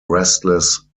restless